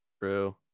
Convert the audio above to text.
true